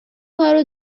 کار